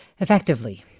effectively